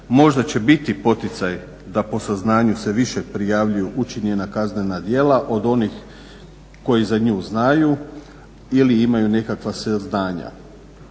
možda će biti poticaj da po saznanju se više prijavljuju učinjena kaznena djela od onih koji za nju znaju ili imaju nekakva saznanja.